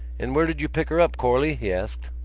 and where did you pick her up, corley? he asked.